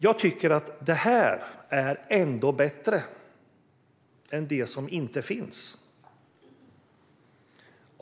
Jag tycker att detta ändå är bättre än det som inte finns.